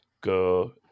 go